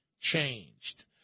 changed